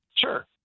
Sure